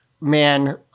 Man